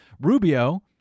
Rubio